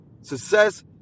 Success